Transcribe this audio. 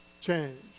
change